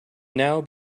now